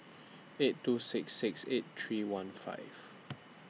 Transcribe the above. eight two six six eight three one five